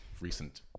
recent